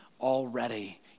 already